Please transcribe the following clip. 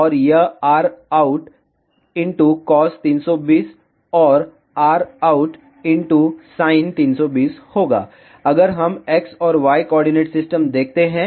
और यह rout cos320 और rout sin320 होगा अगर हम x और y कोऑर्डिनेट सिस्टम देखते हैं